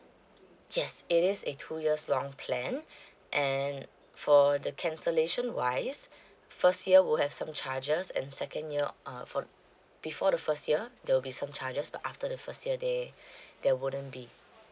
yes it is a two years long plan and for the cancellation wise first year will have some charges and second year uh for before the first year there will be some charges but after the first year there there wouldn't be